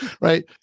right